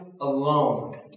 alone